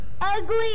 ugly